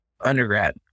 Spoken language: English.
undergrad